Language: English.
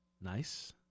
Nice